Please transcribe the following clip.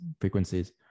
frequencies